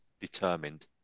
determined